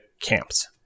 camps